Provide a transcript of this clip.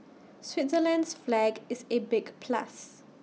Switzerland's flag is A big plus